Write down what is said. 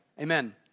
Amen